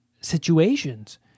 situations